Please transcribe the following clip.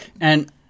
And-